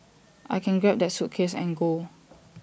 I can grab that suitcase and go